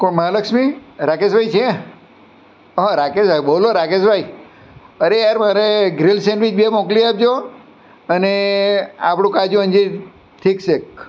કોણ મહાલક્ષ્મી રાકેશભાઈ છે હં રાકેશભાઈ બોલો રાકેશ ભાઈ અરે યાર મારે ગ્રીલ સેન્ડવીચ બે મોકલી આપજો અને આપણું કાજુ અંજીર થીક શેક